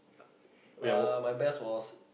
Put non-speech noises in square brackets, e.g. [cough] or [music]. [laughs] uh my best was